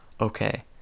Okay